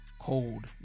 cold